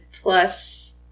plus